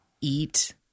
eat